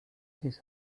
his